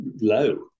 low